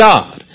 God